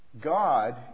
God